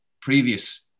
previous